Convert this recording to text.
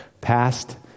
Past